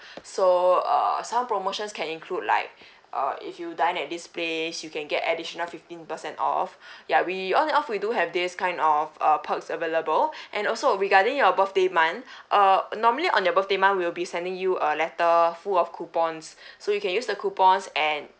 so uh some promotions can include like uh if you dine at this place you can get additional fifteen percent off ya we on and off we do have this kind of uh perks available and also regarding your birthday month err normally on your birthday month we'll be sending you a letter full of coupons so you can use the coupons and